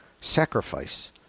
sacrifice